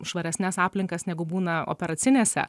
švaresnes aplinkas negu būna operacinėse